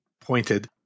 pointed